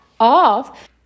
off